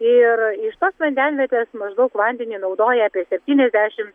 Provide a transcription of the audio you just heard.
ir iš tos vandenvietės maždaug vandenį naudoja apie septyniasdešim